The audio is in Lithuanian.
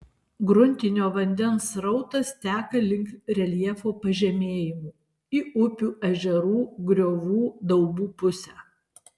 gruntinio vandens srautas teka link reljefo pažemėjimų į upių ežerų griovų daubų pusę